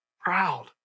proud